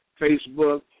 Facebook